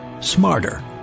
smarter